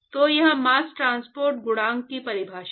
तो यह mass transport गुणांक की परिभाषा है